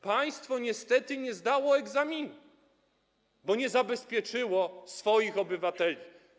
Państwo niestety nie zdało egzaminu, bo nie zabezpieczyło swoich obywateli.